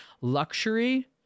Luxury